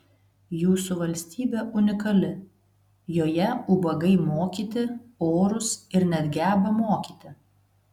jūsų valstybė unikali joje ubagai mokyti orūs ir net geba mokyti